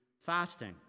fasting